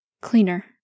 Cleaner